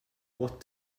what